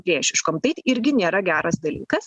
priešiškom tai irgi nėra geras dalykas